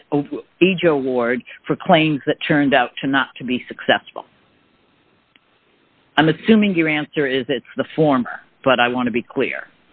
job ward for claims that turned out to not to be successful i'm assuming your answer is that the former but i want to be clear